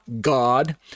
God